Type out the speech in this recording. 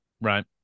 Right